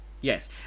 yes